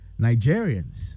Nigerians